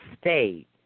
state